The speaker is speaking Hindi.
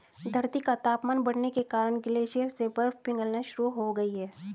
धरती का तापमान बढ़ने के कारण ग्लेशियर से बर्फ पिघलना शुरू हो गयी है